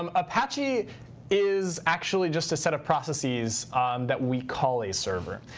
um apache is actually just a set of processes that we call a server,